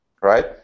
right